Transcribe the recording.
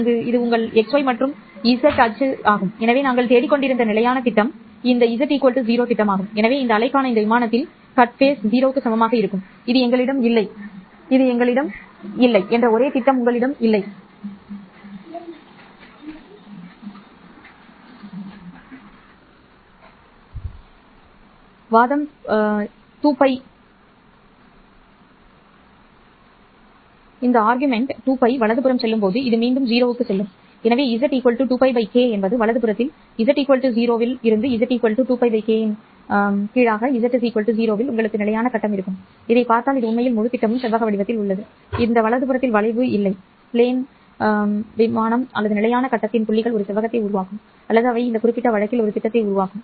இது உங்கள் xy மற்றும் z அச்சு ஆகும் எனவே நாங்கள் தேடிக்கொண்டிருந்த நிலையான திட்டம் இந்த z 0 திட்டமாகும் எனவே இந்த அலைக்கான இந்த விமானத்தில் கட்டம் 0 க்கு சமமாக இருக்கும் இது எங்களிடம் இல்லை என்ற ஒரே திட்டம் உங்களிடம் இல்லை z இல் திட்டமிடவும் வாதம் 2π வலதுபுறம் செல்லும்போது இது மீண்டும் 0 க்கு செல்லும் எனவே z 2π k வலதுபுறத்தில் z 0 இல் z 2π k இன் கீழ் z 0 இல் உங்களுக்கு நிலையான கட்டம் இருக்கும் இதைப் பார்த்தால் இது உண்மையில் முழு திட்டமும் செவ்வக வடிவத்தில் உள்ளது இந்த வலதுபுறத்தில் வளைவு இல்லை விமானம் அல்லது நிலையான கட்டத்தின் புள்ளிகள் ஒரு செவ்வகத்தை உருவாக்கும் அல்லது அவை இந்த குறிப்பிட்ட வழக்கில் ஒரு திட்டத்தை உருவாக்கும்